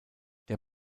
der